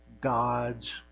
God's